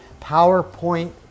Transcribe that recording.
PowerPoint